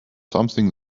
something